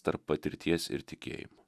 tarp patirties ir tikėjimo